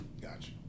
gotcha